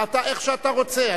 --- איך שאתה רוצה?